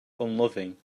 unloving